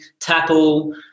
tackle